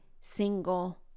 single